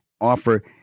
offer